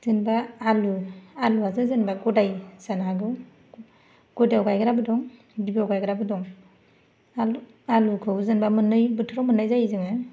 जेनेबा आलु आलुआथ' जेनेबा गदाय जानो हागौ गदायाव गायग्राबो दं गुदियाव गायग्राबो दं आलुखौ जेनेबा मोननै बाथोराव मोननाय जायो जोङो